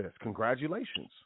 congratulations